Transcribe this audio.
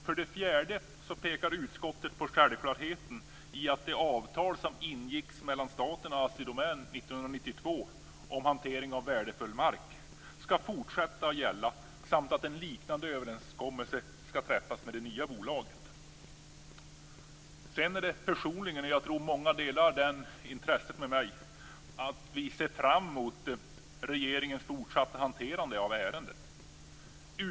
För det fjärde pekar utskottet på självklarheten i att det avtal som ingicks mellan staten och Assi Domän 1992, om hantering av värdefull mark, skall fortsätta att gälla samt att en liknande överenskommelse skall träffas med det nya bolaget. Personligen ser jag med intresse fram mot regeringens fortsatta hantering av ärendet, och jag tror att många delar det intresset med mig.